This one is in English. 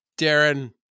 Darren